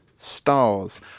stars